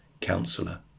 counsellor